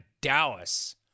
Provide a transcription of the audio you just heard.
Dallas